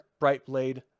Brightblade